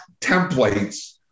templates